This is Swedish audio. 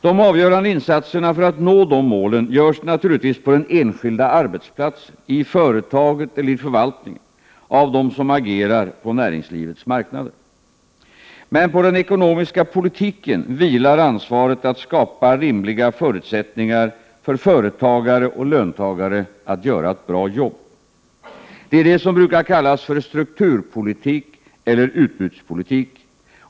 De avgörande insatserna för att nå de målen görs naturligtvis på den enskilda arbetsplatsen, i företaget eller förvaltningen, av dem som agerar på näringslivets marknader. Men på den ekonomiska politiken vilar ansvaret att skapa rimliga förutsättningar för företagare och löntagare att göra ett bra jobb. Det är det som brukar kallas strukturpolitik eller utbudspolitik.